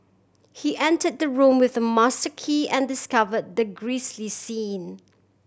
he enter the room with a master key and discover the grisly scene